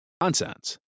nonsense